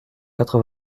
quatre